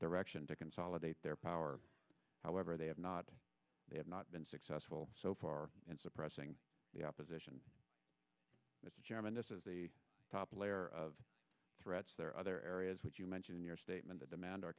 direction to consolidate their power however they have not they have not been successful so far and suppressing the opposition as a chairman this is the top layer of threats there are other areas which you mention in your statement that demand o